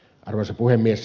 arvoisa puhemies